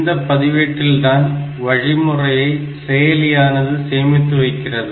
இந்த பதிவேட்டில் தான் வழிமுறையை செயலியானது சேமித்து வைக்கிறது